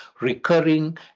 recurring